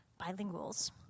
bilinguals